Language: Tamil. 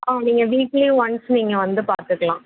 ஆ நீங்கள் வீக்லி ஒன்ஸ் நீங்கள் வந்து பார்த்துக்கலாம்